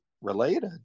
related